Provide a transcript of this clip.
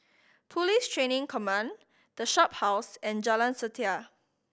Police Training Command The Shophouse and Jalan Setia